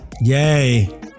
Yay